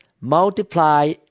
multiply